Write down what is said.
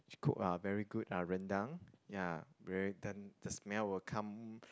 she cook ah very good ah Rendang ya very the smell will come